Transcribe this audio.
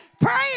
praying